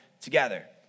together